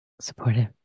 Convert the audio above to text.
supportive